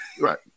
Right